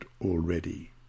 already